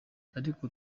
ariko